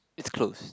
it's closed